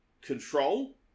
control